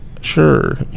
Sure